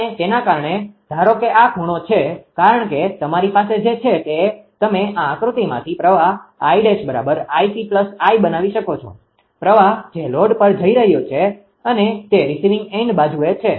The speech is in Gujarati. અને તેના કારણે ધારો કે આ ખૂણો છે કારણ કે તમારી પાસે જે છે તે તમે આ આકૃતિમાંથી પ્રવાહ 𝐼′𝐼𝑐𝐼 બનાવી શકો છો પ્રવાહ જે લોડ પર જઈ રહ્યો છે અને તે રિસીવિંગ એન્ડ બાજુએ છે